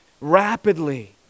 rapidly